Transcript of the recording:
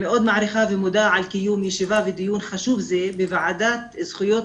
אני מאוד מעריכה את קיום הישיבה ודיון חשוב זה בוועדה לזכויות